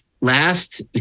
last